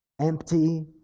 Empty